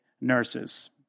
nurses